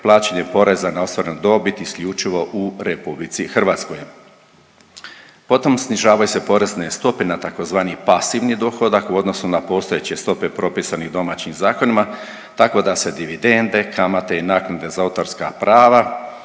plaćanje poreza na ostvarenu dobit isključivo u RH. Potom snižavaju se porezne stope na tzv. pasivni dohodak u odnosu na postojeće stope propisanih domaćim zakonima, tako da se dividende, kamate i naknade za autorska prava